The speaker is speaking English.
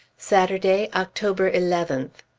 saturday, october eleventh.